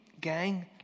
gang